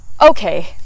okay